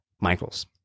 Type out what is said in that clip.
Michael's